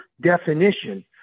definition